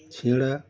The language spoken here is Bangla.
সিঙাড়া